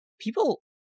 people